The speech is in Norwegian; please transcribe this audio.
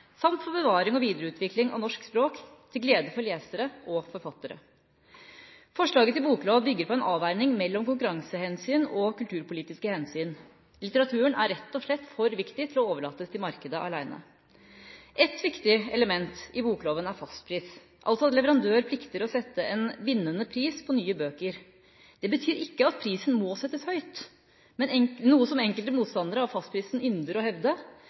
samt for bevaring og videreutvikling av norsk språk, til glede for lesere og forfattere. Forslaget til boklov bygger på en avveining mellom konkurransehensyn og kulturpolitiske hensyn. Litteraturen er rett og slett for viktig til å overlates til markedet alene. Ett viktig element i bokloven er fastpris – altså at leverandør plikter å sette en bindende pris på nye bøker. Det betyr ikke at prisen må settes høyt, som enkelte motstandere av fastpris ynder å hevde,